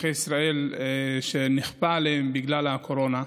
אזרחי ישראל שזה נכפה עליהם בגלל הקורונה.